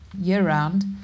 year-round